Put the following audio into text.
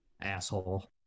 asshole